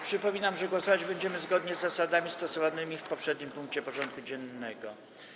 Przypominam, że głosować będziemy zgodnie z zasadami stosowanymi w poprzednim punkcie porządku dziennego.